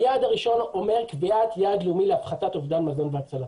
היעד הראשון אומר קביעת יעד לאומי להפחתת אובדן מזון והצלתו.